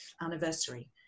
anniversary